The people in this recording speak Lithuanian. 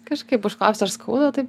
kažkaip užklausi ar skauda taip